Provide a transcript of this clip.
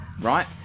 right